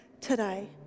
today